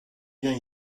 bien